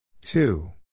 two